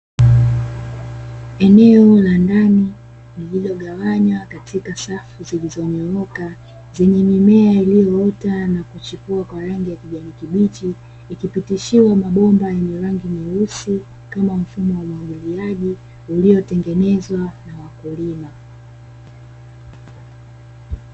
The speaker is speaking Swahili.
Eneo la ndani lililogawanywa katika safu zilizonyooka, zenye mimea iliyoota na kuchipua kwa rangi ya kijani kibichi, ikipitishiwa mabomba yenye rangi nyeusi kama mfumo wa umwagiliaji uliotengenezwa na wakulima.